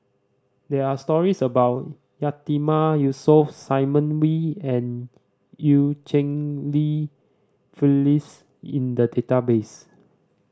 there are stories about Yatiman Yusof Simon Wee and Eu Cheng Li Phyllis in the database